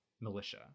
militia